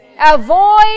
Avoid